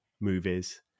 movies